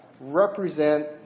represent